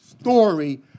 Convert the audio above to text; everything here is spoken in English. story